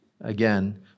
again